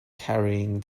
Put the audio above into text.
carrying